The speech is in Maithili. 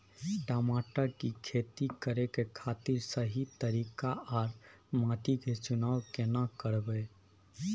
टमाटर की खेती करै के खातिर सही तरीका आर माटी के चुनाव केना करबै?